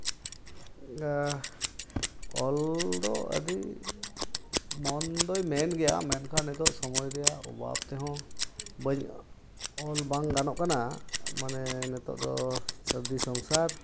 ᱚᱞ ᱫᱚ ᱟᱹᱰᱤ ᱢᱚᱱ ᱫᱚᱭ ᱢᱮᱱ ᱜᱮᱭᱟ ᱢᱮᱱᱠᱷᱟᱱ ᱱᱤᱛᱳᱜ ᱥᱚᱢᱚᱭ ᱨᱮᱭᱟᱜ ᱚᱵᱷᱟᱵᱽ ᱛᱮᱦᱚᱸ ᱵᱟᱹᱧ ᱚᱞ ᱵᱟᱝ ᱜᱟᱱᱚᱜ ᱠᱟᱱᱟ ᱢᱟᱱᱮ ᱱᱤᱛᱳᱜ ᱫᱚ ᱥᱟᱹᱨᱫᱤ ᱥᱚᱝᱥᱟᱨ